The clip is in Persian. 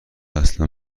اصلا